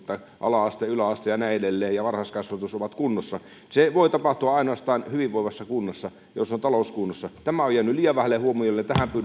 ala aste yläaste ja varhaiskasvatus ja näin edelleen ovat kunnossa niin se voi tapahtua ainoastaan hyvinvoivassa kunnassa jossa on talous kunnossa tämä on jäänyt liian vähälle huomiolle ja tähän pyydän